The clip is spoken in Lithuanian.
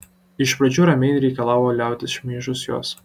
iš pradžių ramiai reikalavo liautis šmeižus juos